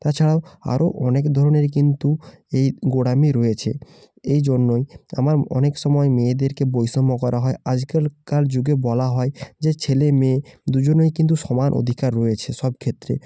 তাছাড়াও আরও অনেক ধরনের কিন্তু এই গোঁড়ামি রয়েছে এই জন্যই আমার অনেক সময় মেয়েদেরকে বৈষম্য করা হয় আজকালকার যুগে বলা হয় যে ছেলে মেয়ে দুজনেই কিন্তু সমান অধিকার রয়েছে সব ক্ষেত্রে